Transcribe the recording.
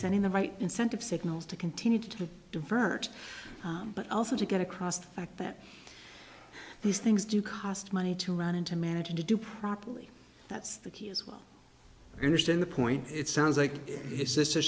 sending the right incentive signals to continue to divert but also to get across the fact that these things do cost money to run into managing to do properly that's the key as well understand the point it sounds like your sister